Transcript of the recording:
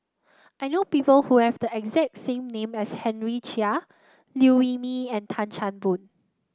I know people who have the exact same name as Henry Chia Liew Wee Mee and Tan Chan Boon